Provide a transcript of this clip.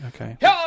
Okay